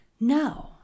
no